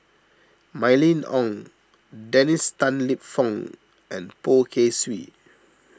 Mylene Ong Dennis Tan Lip Fong and Poh Kay Swee